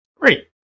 Great